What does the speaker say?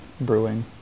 brewing